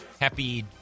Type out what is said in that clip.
Happy